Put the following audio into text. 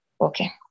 Okay